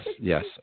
yes